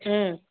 ம்